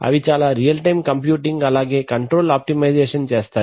అవి చాలా real time computing అలాగే కంట్రోల్ ఆప్టిమైజేషన్ చేస్తాయి